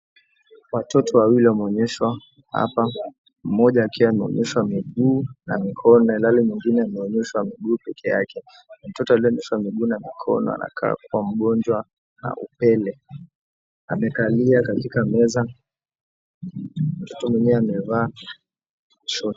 Watoto wawili wameonyeshwa hapa. Mmoja akiwa ameonyeshwa miguu na mikono, yule nyingine ameonyeshwa miguu peke yake. Mtoto aliyeonyeshwa miguu na mikono anakaa kwa mgonjwa na upele. Amekalia katika meza. Mtoto mwenyewe amevaa shati.